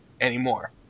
anymore